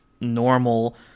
normal